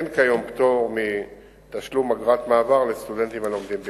אין כיום פטור מתשלום אגרת מעבר לסטודנטים הלומדים בירדן.